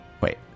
Wait